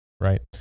Right